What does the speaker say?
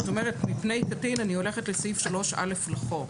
זאת אומרת, מפני קטין, אני הולכת לסעיף 3א לחוק.